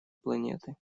планеты